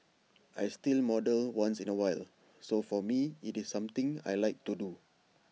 I still model once in A while so for me IT is something I Like to do